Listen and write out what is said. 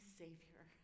savior